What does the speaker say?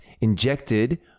injected